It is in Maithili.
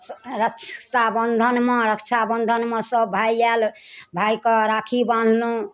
रक्षाबन्धनमे रक्षाबन्धनमे सब भाय आयल भायके राखी बान्हलहुँ